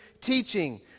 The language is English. teaching